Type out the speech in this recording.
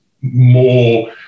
more